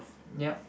yup